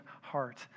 heart